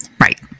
Right